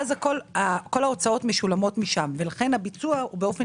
אז כל ההוצאות משולמות משם ולכן הביצוע הוא באופן